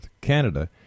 Canada